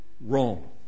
wrong